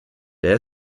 der